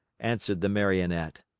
answered the marionette.